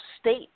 state